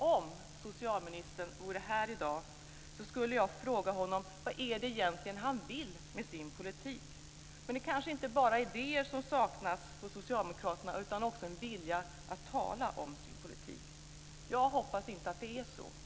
Om socialministern vore här i dag så skulle jag fråga honom vad han egentligen vill med sin politik. Men det kanske inte bara är idéer som saknas hos socialdemokraterna utan också en vilja att tala om sin politik. Jag hoppas att det inte är så.